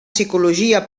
psicologia